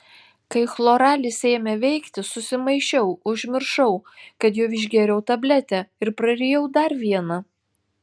kai chloralis ėmė veikti susimaišiau užmiršau kad jau išgėriau tabletę ir prarijau dar vieną